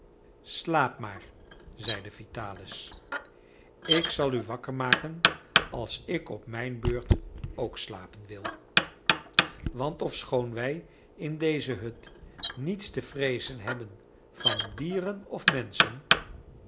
slaap maar zeide vitalis ik zal u wakker maken als ik op mijn beurt ook slapen wil want ofschoon wij in deze hut niets te vreezen hebben van dieren of menschen